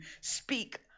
speak